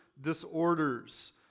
disorders